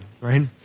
Right